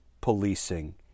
policing